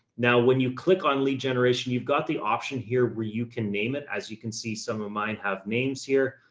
now, when you click on lead generation, you've got the option here where you can name it as you can see, some of mine have names here,